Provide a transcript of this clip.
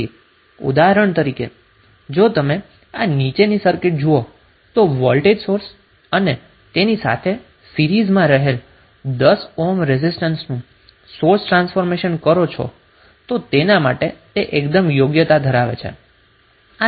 તેથી ઉદાહરણ તરીકે જો તમે આ નીચેની સર્કિટ જુઓ તો વોલ્ટેજ સોર્સ અને તેની સાથે સીરીઝમાં રહેલ 10 ઓહ્મ રેઝિસ્ટન્સ સોર્સ ટ્રાન્સફોર્મેશન કરવા માટે એકદમ યોગ્યતા ધરાવે છે